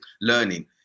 learning